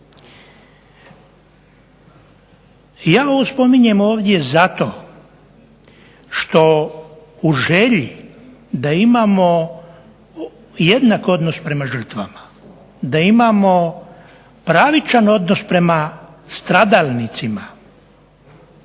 Ja ovo spominjem ovdje zato što u želji da imamo jednak odnos prema žrtvama, da imamo pravičan odnos prema stradalnicima,